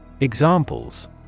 Examples